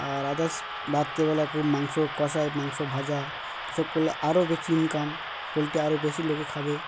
আর আদার রাত্রিবেলা খুব মাংস কষাই মাংস ভাজা এসব করলে আরও বেশি ইনকাম পোলট্রি আরও বেশি লোকে খাবে